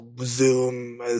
Zoom